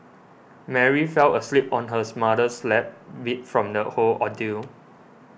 Mary fell asleep on hers mother's lap beat from the whole ordeal